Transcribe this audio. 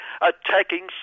attacking